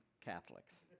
Catholics